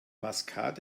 maskat